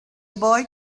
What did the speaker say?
boy